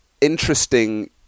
interesting